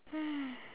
hmm